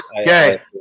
Okay